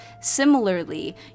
Similarly